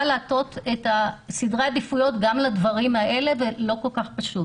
לעשות את סדרי העדיפויות גם לדברים האלה וזה לא פשוט.